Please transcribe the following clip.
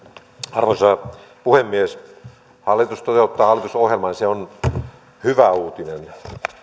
arvoisa puhemies hallitus toteuttaa hallitusohjelmaa ja se on hyvä uutinen